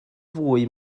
fwy